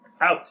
Out